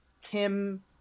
Tim